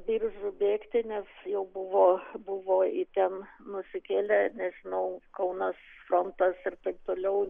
biržų bėgti nes jau buvo buvo į ten nusikėlę nežinau kaunas frontas ir taip toliau